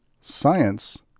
Science